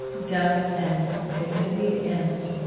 depth and dignity. and